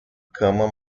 cama